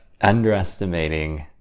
underestimating